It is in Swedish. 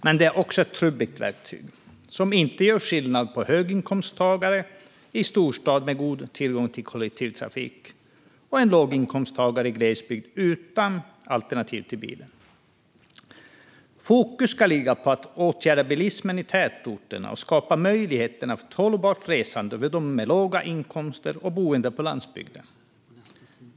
Men det är också ett trubbigt verktyg som inte gör skillnad på en höginkomsttagare i storstad med god tillgång till kollektivtrafik och en låginkomsttagare i glesbygd utan alternativ till bil. Fokus ska ligga på att åtgärda bilismen i tätorterna och skapa möjligheter för hållbart resande även för dem med låga inkomster och boende på landsbygden.